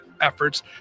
efforts